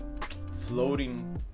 floating